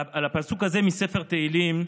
על הפסוק הזה מספר תהילים,